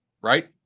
right